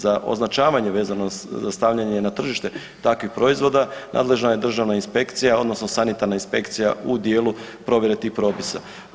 Za označavanje vezano za stavljanje na tržište takvih proizvoda nadležna je državna inspekcija odnosno sanitarna inspekcija u dijelu provedbe tih propisa.